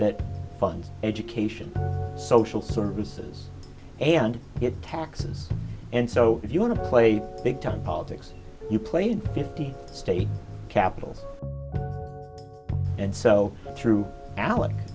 that fund education social services and get taxes and so if you want to play big time politics you play in fifty state capitals and so true alex